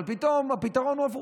אבל פתאום הפתרון הוא הפוך.